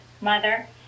mother